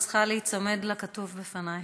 את צריכה להיצמד לכתוב בפנייך.